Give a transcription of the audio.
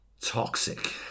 toxic